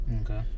Okay